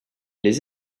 les